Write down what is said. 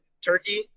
Turkey